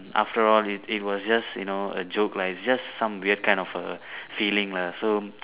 after all it it was just you know a joke lah it's just some weird kind of a feeling lah so